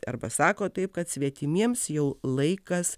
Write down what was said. arba sako taip kad svetimiems jau laikas